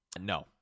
No